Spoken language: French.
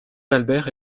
albert